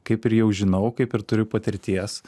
kaip ir jau žinau kaip ir turiu patirties